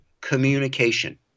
communication